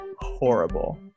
horrible